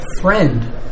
friend